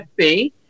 FB